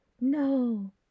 no